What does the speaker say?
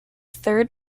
third